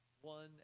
one